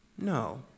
no